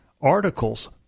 articles